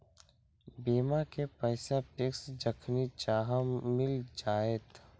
बीमा के पैसा फिक्स जखनि चाहम मिल जाएत?